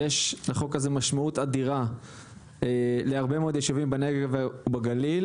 יש לחוק הזה משמעות אדירה להרבה מאוד יישובים בנגב ובגליל,